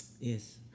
Yes